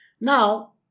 Now